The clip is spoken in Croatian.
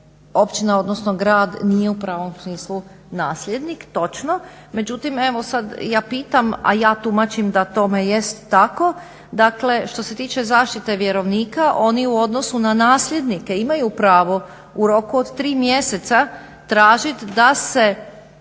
općina, odnosno grad nije u pravom smislu nasljednik. Točno, međutim evo sad ja pitam, a ja tumačim da tome jest tako, dakle što se tiče zaštite vjerovnika oni u odnosu na nasljednike imaju pravo u roku od 3 mjeseca tražiti da se